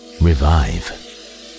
revive